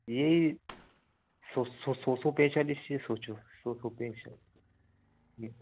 यही सौ सौ सौ सौ पेज वाली चाहिए सोचो सौ सौ पेज वाली